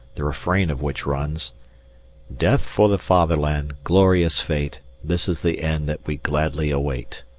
the refrain of which runs death for the fatherland! glorious fate, this is the end that we gladly await.